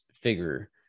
figure